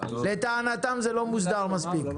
לטענתם זה לא מוסדר מספיק.